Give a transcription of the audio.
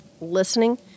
listening